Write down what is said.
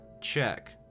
check